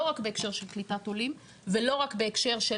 לא רק בהקשר של קליטת עולים ולא רק בהקשר של